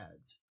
ads